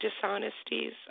dishonesties